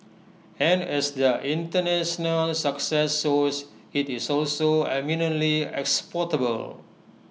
and as their International success shows IT is also eminently exportable